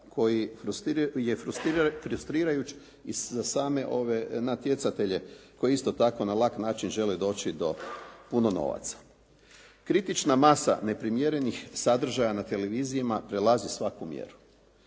koji je frustrirajući i za same ove natjecatelje koji isto tako na lak način žele doći do puno novaca. Kritična masa neprimjerenih sadržaja na televizijama prelazi svaku mjeru.